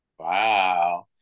wow